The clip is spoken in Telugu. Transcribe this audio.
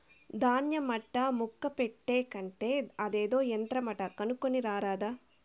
దాన్య మట్టా ముక్క పెట్టే కంటే అదేదో యంత్రమంట కొనుక్కోని రారాదా